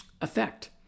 effect